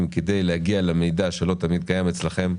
כדי להגיע למידע שלא תמיד קיים אצלכם,